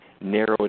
narrowed